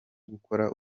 gukora